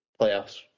playoffs